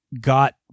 got